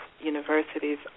universities